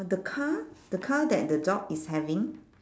the car the car that the dog is having